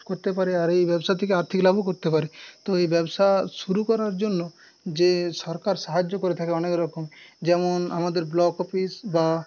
করতে পারে আর এই ব্যবসা থেকে আর্থিক লাভও করতে পারে তো এই ব্যবসা শুরু করার জন্য যে সরকার সাহায্য করে থাকে অনেক রকম যেমন আমাদের ব্লক অফিস বা